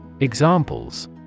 Examples